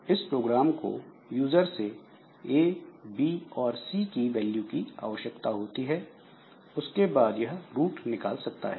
इस प्रोग्राम को यूजर से ए बी और सी की वैल्यू की आवश्यकता होती है उसके बाद यह रूट निकाल सकता है